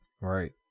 Right